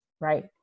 right